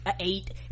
eight